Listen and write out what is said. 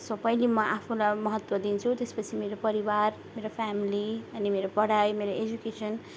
so पहिला म आफूलाई महत्त्व दिन्छु त्यसपछि मेरो परिवार मेरो फेमिली अनि मेरो पढाइ मेरो एजुकेसन